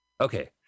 okay